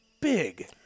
big